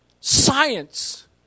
Science